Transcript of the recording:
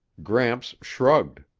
gramps shrugged.